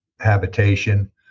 habitation